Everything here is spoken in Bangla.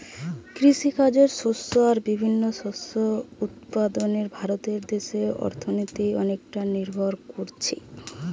কৃষিকাজের শস্য আর বিভিন্ন শস্য উৎপাদনে ভারত দেশের অর্থনীতি অনেকটা নির্ভর কোরছে